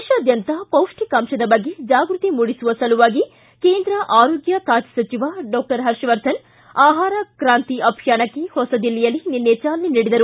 ದೇಶಾದ್ಯಂತ ಪೌಷ್ಠಿಕಾಂತದ ಬಗ್ಗೆ ಜಾಗೃತಿ ಮೂಡಿಸುವ ಸಲುವಾಗಿ ಕೇಂದ್ರ ಆರೋಗ್ಯ ಖಾತೆ ಸಚಿವ ಡಾಕ್ಟರ್ ಪರ್ಷವರ್ಧನ್ ಆಹಾರ ಕ್ರಾಂತಿ ಅಭಿಯಾನಕ್ಕೆ ಹೊಸದಿಲ್ಲಿಯಲ್ಲಿ ನಿನ್ನೆ ಚಾಲನೆ ನೀಡಿದರು